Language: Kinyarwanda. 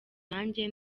nanjye